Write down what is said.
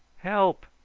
help,